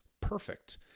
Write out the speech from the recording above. perfect